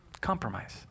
compromise